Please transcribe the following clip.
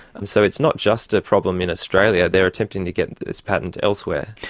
and so it's not just a problem in australia. they're attempting to get this patent elsewhere.